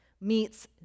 meets